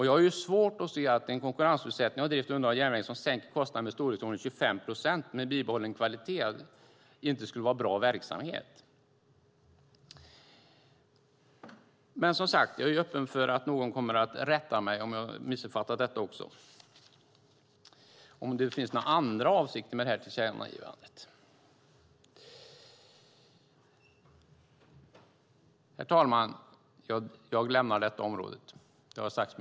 Jag har svårt att se att en konkurrensutsättning av drift och underhåll av järnvägen som sänkt kostnaden med i storleksordningen 25 procent - med bibehållen kvalitet - inte skulle vara bra verksamhet. Jag är även här öppen för att någon rättar mig ifall jag missuppfattat detta eller om det finns andra avsikter med tillkännagivandet. Herr talman! Jag lämnar nu också detta område.